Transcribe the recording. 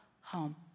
home